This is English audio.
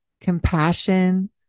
compassion